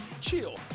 CHILL